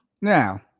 Now